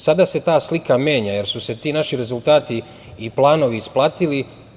Sada se ta slika menja, jer su se ti naši rezultati i planovi isplatili.